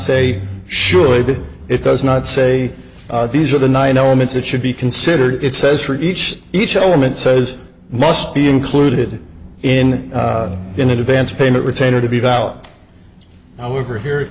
say surely but it does not say these are the nine elements that should be considered it says for each each element says must be included in in advance payment retainer to be valid however here